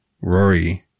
Rory